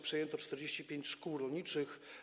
Przejęto wtedy 45 szkół rolniczych.